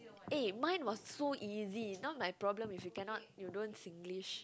eh mine was so easy now my problem if you cannot you don't Singlish